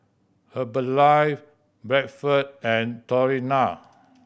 Herbalife Bradford and